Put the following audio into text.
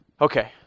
Okay